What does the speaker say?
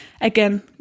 Again